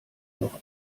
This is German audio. noch